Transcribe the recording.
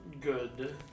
good